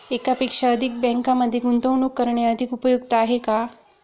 एकापेक्षा अधिक बँकांमध्ये गुंतवणूक करणे अधिक उपयुक्त आहे का?